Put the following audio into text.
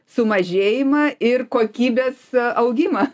sumažėjimą ir kokybės augimą